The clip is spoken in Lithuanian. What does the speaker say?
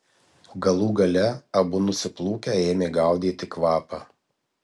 galų gale abu nusiplūkę ėmė gaudyti kvapą